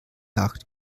jagd